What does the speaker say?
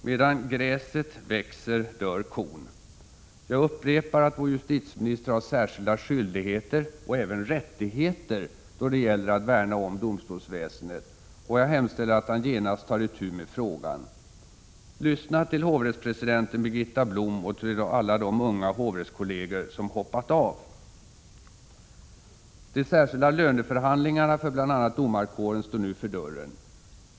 Medan gräset växer dör kon. Jag upprepar att vår justitieminister har särskilda skyldigheter — och även rättigheter — då det gäller att värna om domstolsväsendet, och jag hemställer att han genast tar itu med frågan. Lyssna till hovrättspresidenten Birgitta Blom och till alla de unga hovrättskolleger som hoppat av! De särskilda löneförhandlingarna för bl.a. domarkåren står nu för dörren.